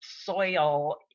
soil